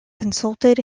consulted